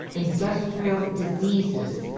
industrial diseases,